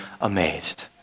amazed